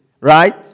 Right